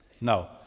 no